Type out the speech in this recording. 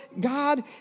God